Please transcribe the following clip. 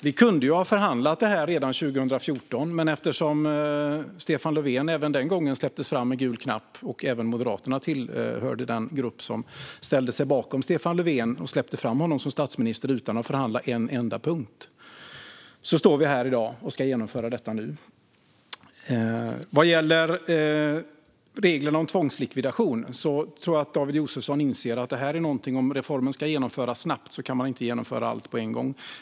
Vi kunde ha förhandlat om detta redan 2014, men eftersom Stefan Löfven även den gången släpptes fram med gul knapp - även Moderaterna tillhörde den grupp som släppte fram Stefan Löfven som statsminister utan att förhandla om en enda punkt - står vi här i dag och ska genomföra detta. Vad gäller reglerna om tvångslikvidation tror jag att David Josefsson inser att om reformen ska genomföras snabbt kan man inte genomföra allt på en gång.